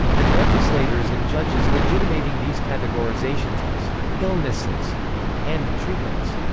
and legislators and judges legitimating these categorizations as illnesses and treatments.